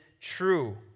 true